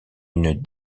une